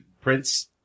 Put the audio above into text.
Prince